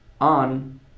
on